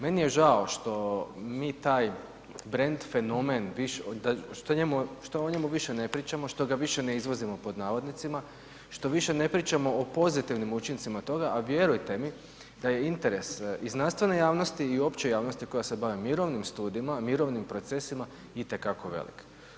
Meni je žao što mi taj brend fenomen više što o njemu više ne pričamo, što ga više „ne izvozimo“, što više ne pričamo o pozitivnim učincima toga, a vjerujte mi da je interes i znanstvene javnosti i opće javnosti koja se bavi mirovnim studijima, mirovnim procesima itekako velik.